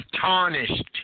tarnished